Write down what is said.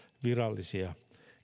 virallisia